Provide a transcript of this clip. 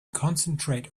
concentrate